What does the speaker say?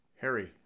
Harry